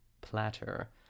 platter